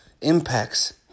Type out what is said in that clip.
impacts